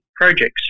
projects